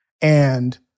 and-